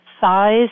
size